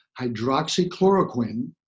hydroxychloroquine